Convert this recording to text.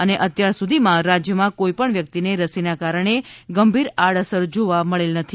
અને અત્યાર સુધીમાં રાજ્યમાં કોઈપણ વ્યક્તિને રસીના કારણે ગંભીર આડઅસર જોવા મળેલ નથી